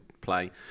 play